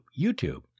YouTube